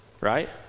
right